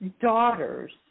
daughter's